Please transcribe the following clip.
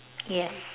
yes